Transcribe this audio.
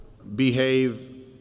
behave